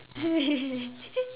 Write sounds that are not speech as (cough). (laughs)